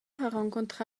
rencontre